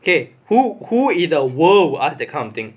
K who who in the world as that kind of thing